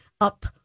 up